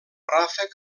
ràfec